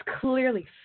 clearly